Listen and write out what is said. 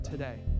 today